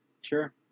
Sure